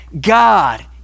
God